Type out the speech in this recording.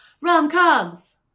Rom-coms